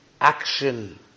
action